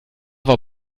war